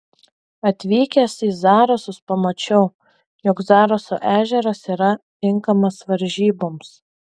atvykęs į zarasus pamačiau jog zaraso ežeras yra tinkamas varžyboms